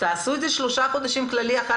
תעשו נוהל כללי בתוך שלושה חודשים ואחר